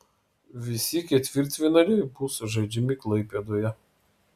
visi ketvirtfinaliai bus žaidžiami klaipėdoje